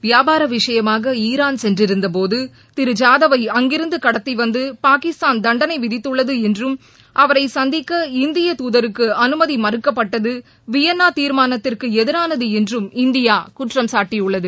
வியாபார விஷயமாக ஈரான் சென்றிருந்தபோது திரு ஜாதவை அங்கிருந்து கடத்திவந்து பாகிஸ்தான் தண்டனை விதித்துள்ளது என்றம் அவரை சந்திக்க இந்திய துதருக்கு அனுமதி மறுக்கப்பட்டது வியன்னா தீர்மானத்திற்கு எதிரான என்றும் இந்தியா குற்றம்சாட்டியுள்ளது